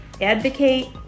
advocate